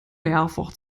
mehrfach